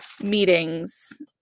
meetings